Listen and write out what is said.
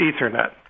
Ethernet